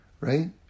right